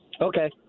Okay